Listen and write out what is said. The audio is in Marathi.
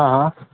हां हां